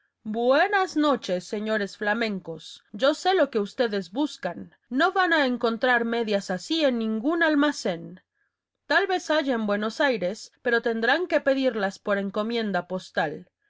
buenas noches señores flamencos yo sé lo que ustedes buscan no van a encontrar medias así en ningún almacén tal vez haya en buenos aires pero tendrán que pedirlas por encomienda postal